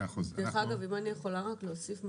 אני יכולה להוסיף,